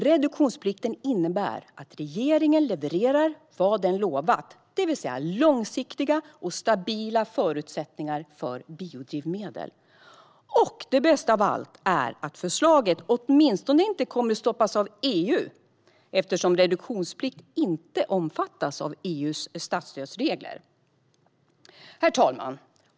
Reduktionsplikten innebär att regeringen levererar vad den lovat, det vill säga långsiktiga och stabila förutsättningar för biodrivmedel. Det bästa av allt är att förslaget åtminstone inte kommer att stoppas av EU eftersom reduktionsplikt inte omfattas av EU:s statsstödsregler. Herr talman!